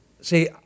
See